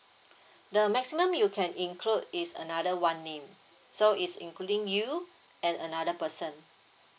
the maximum you can include is another one name so is including you and another person